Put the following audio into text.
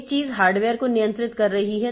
एक चीज हार्डवेयर को नियंत्रित कर रही है